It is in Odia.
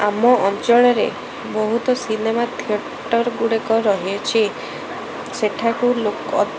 ଆମ ଅଞ୍ଚଳରେ ବହୁତ ସିନେମା ଥିଏଟର ଗୁଡ଼ିକ ରହିଅଛି ସେଠାକୁ ଲୋକ